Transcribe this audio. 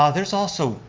um there's also,